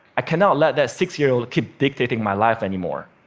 i cannot let that six-year-old keep dictating my life anymore.